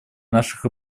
наших